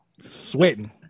Sweating